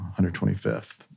125th